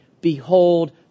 behold